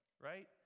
Right